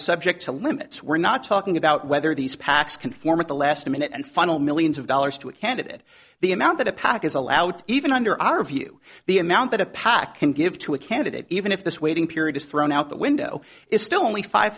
subject to limits we're not talking about whether these pacs can form at the last minute and funnel millions of dollars to a candidate the amount that a pac is allowed even under our view the amount that a pac can give to a candidate even if this waiting period is thrown out the window is still only five